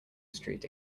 street